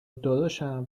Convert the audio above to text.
داداشم